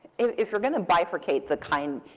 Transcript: if you're going to bifurcate the kind,